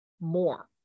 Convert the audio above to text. more